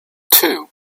two